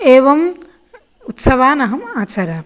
एवं उत्सवान् अहम् आचरामि